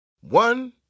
One